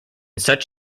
such